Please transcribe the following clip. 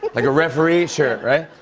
like a referee shirt, right?